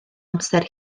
amser